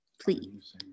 please